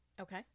Okay